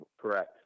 Correct